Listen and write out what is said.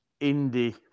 indie